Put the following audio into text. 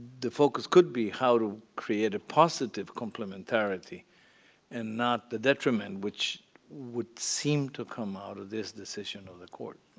the focus could be how to create a positive complementarity and not the detriment, which would seem to come out of this decision of the court.